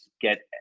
get